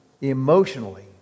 emotionally